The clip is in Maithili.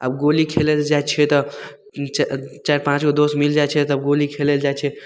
आओर गोली खेलैले जाइ छिए तऽ चाइ चारि पाँचगो दोस मिलि जाइ छिए तब गोली खेलैले जाइ छिए